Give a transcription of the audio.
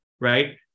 right